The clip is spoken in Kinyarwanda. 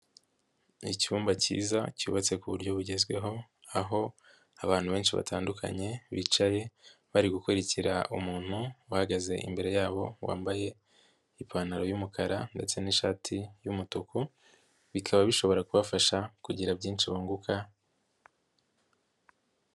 Ni icyumba kiza cyubatse kuburyo bugezweho aho abantu benshi batandukanye bicaye bari gukurikira umuntu uhagaze imbere yabo wambaye ipantaro y'umukara ndetse n'ishati y'umutuku, bikaba bishobora kubafasha kugira byinshi bunguka.